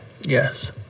Yes